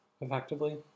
Effectively